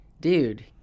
dude